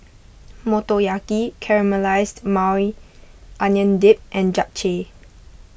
Motoyaki Caramelized Maui Onion Dip and Japchae